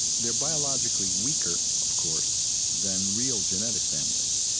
they're biologically weaker, of course, than real genetic families.